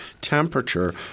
temperature